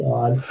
God